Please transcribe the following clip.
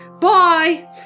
Bye